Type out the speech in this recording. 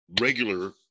regular